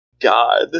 God